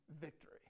victory